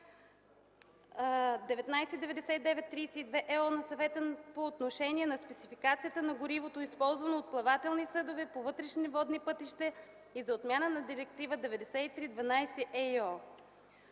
1999/32/ЕО на Съвета по отношение на спецификацията на горивото, използвано от плавателни съдове по вътрешните водни пътища, и за отмяна на Директива 93/12/ЕИО.